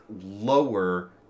lower